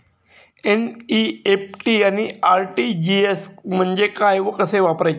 NEFT आणि RTGS म्हणजे काय व कसे वापरायचे?